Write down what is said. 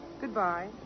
Goodbye